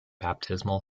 baptismal